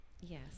Yes